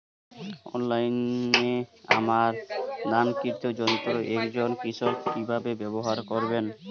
অনলাইনে আমদানীকৃত যন্ত্র একজন কৃষক কিভাবে ব্যবহার করবেন?